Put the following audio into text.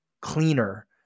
cleaner